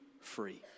free